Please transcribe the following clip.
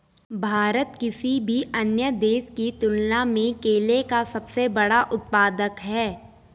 भारत किसी भी अन्य देश की तुलना में केले का सबसे बड़ा उत्पादक है